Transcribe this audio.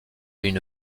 une